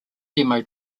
demo